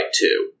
two